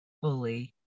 fully